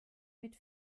mit